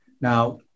Now